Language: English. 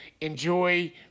enjoy